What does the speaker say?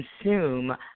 consume